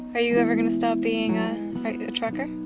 are you ever going to stop being a trucker?